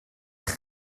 eich